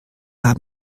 haben